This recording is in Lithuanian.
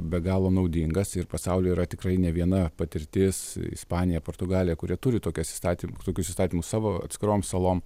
be galo naudingas ir pasaulyje yra tikrai ne viena patirtis ispanija portugalija kurie turi tokias įstaty tokius įstatymus savo atskirom salom